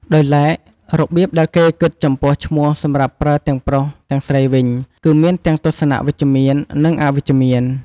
ដោយឡែករបៀបដែលគេគិតចំពោះឈ្មោះសម្រាប់ប្រើទាំងប្រុសទាំងស្រីវិញ គឺមានទាំងទស្សនៈវិជ្ជមាន និង អវិជ្ជមាន។